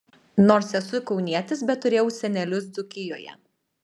nors esu kaunietis bet turėjau senelius dzūkijoje